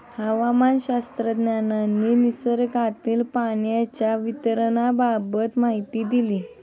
हवामानशास्त्रज्ञांनी निसर्गातील पाण्याच्या वितरणाबाबत माहिती दिली